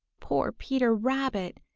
poor peter rabbit!